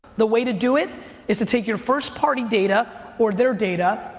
the way to do it is to take your first party data or their data,